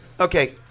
Okay